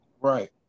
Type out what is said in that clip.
Right